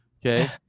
okay